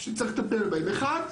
שצריך לטפל בהם: אחד,